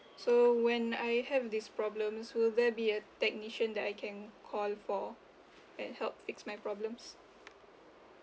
so when I have these problems will there be a technician that I can call for can help fix my problems